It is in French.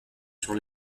sur